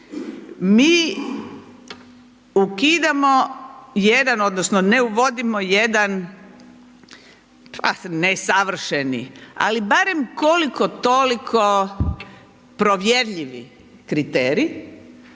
Mi ukidamo jedan odnosno ne uvodimo jedan, ah, ne savršeni, ali barem koliko toliko provjerljivi kriterij,